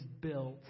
built